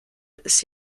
ist